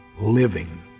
Living